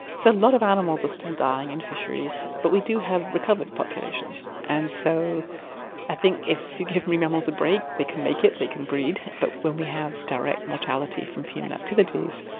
so a lot of animals are still dying in fisheries, but we do have recovered populations, and so i think if we give marine mammals a break they can make it, they can breed, but when we have direct mortality from human activities,